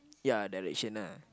ya direction ah